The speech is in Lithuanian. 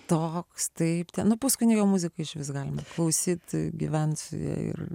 toks taip ten puskunigio muzika išvis galima klausyti gyvens ir